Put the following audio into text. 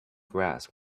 grass